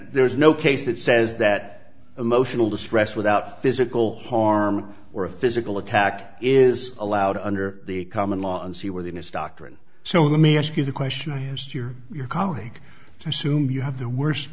there is no case that says that emotional distress without physical harm or a physical attack is allowed under the common law and see where this doctrine so let me ask you the question i asked your colleague to assume you have the worst